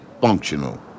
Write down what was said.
functional